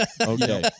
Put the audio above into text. Okay